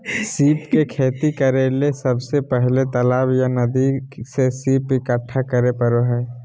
सीप के खेती करेले सबसे पहले तालाब या नदी से सीप इकठ्ठा करै परो हइ